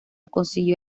consiguió